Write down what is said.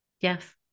Yes